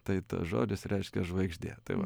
tai tas žodis reiškia žvaigždė tai va